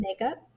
makeup